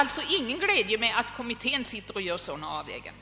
Det är ingen glädje med att man i kommittén sitter och gör sådana avvägningar.